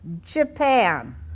Japan